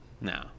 No